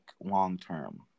long-term